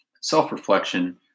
self-reflection